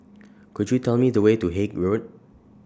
Could YOU Tell Me The Way to Haig Road